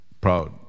proud